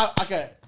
Okay